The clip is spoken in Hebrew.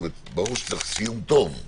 ברור שצריך סיום טוב.